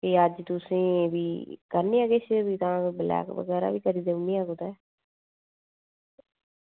ते अज्ज तुसेंगी बी करने आं किश ब्लैक बी करी देई ओड़नी आं